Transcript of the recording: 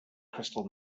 crystal